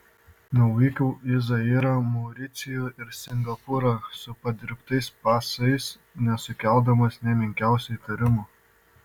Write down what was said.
nuvykau į zairą mauricijų ir singapūrą su padirbtais pasais nesukeldamas nė menkiausio įtarimo